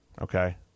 Okay